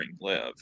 live